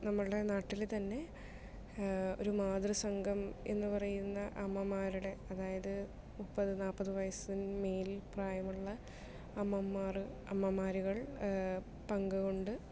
നമ്മളുടെ നാട്ടിൽ തന്നെ ഒരു മാതൃസംഗമം എന്ന് പറയുന്ന ഒരു അമ്മമാരുടെ അതായത് മുപ്പത് നാപ്പത് വയസ്സ് മേൽ പ്രായമുള്ള അമ്മമാര് അമ്മമാരുകൾ പങ്ക് കൊണ്ട്